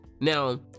Now